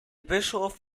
bischof